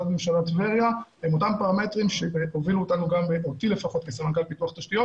טבריה הם אותם פרמטרים שהובילו אותנו לפחות אותי כסמנכ"ל פיתוח תשתיות